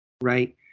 Right